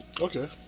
Okay